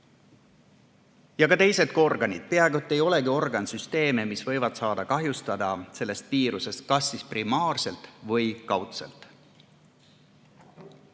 Ja ka teised organid – peaaegu ei olegi organsüsteeme, mis [ei või] saada kahjustada sellest viirusest kas primaarselt või kaudselt.